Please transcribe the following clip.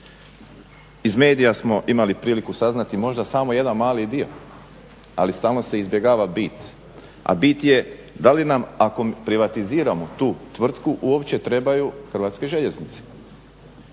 Iz medija smo imali priliku saznati možda samo jedan mali dio, ali stalno se izbjegava bit, a bit je da li nam ako privatiziramo tu tvrtku uopće trebaju Hrvatske željeznice.